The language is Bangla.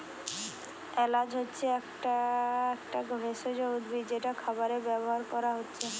এলাচ হচ্ছে একটা একটা ভেষজ উদ্ভিদ যেটা খাবারে ব্যাভার কোরা হচ্ছে